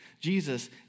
Jesus